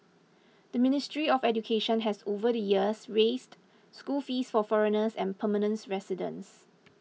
the Ministry of Education has over the years raised school fees for foreigners and permanent residents